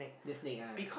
the snake ah